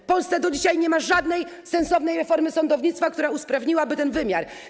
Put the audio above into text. W Polsce do dzisiaj nie ma żadnej sensownej reformy sądownictwa, która usprawniłaby ten wymiar.